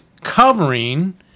covering